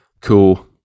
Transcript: Cool